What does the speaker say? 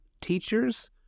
teachers